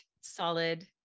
solid